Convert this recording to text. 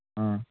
ꯑꯥ